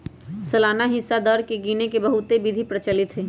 सालाना हिस्सा दर के गिने के बहुते विधि प्रचलित हइ